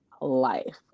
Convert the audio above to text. life